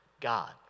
God